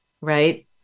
right